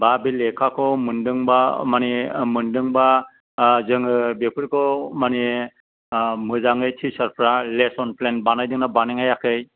बा लेखाखौ मोनदोंबा मानि मोनदोंबा जोङो बेफोरखौ मानि मोजाङै टिसारफ्रा लेसन प्लेन बानायदोंना बानायाखै